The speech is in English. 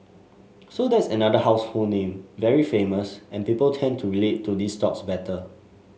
so that's another household name very famous and people tend to relate to these stocks better